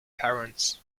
parents